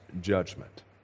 judgment